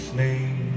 name